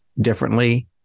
differently